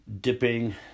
dipping